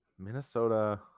Minnesota